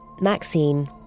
Maxine